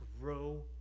grow